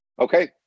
okay